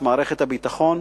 את מערכת הביטחון,